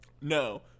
No